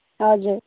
हजुर